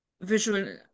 Visual